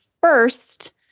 first